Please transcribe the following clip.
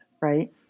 right